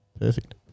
perfect